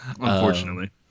unfortunately